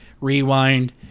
rewind